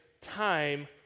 time